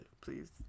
please